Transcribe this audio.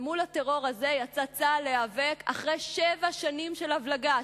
ומול הטרור הזה יצא צה"ל להיאבק אחרי שבע שנים של הבלגה,